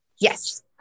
Yes